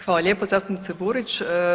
Hvala lijepo zastupnice Burić.